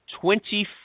Twenty